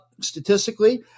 statistically